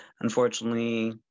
Unfortunately